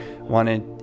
wanted